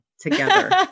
together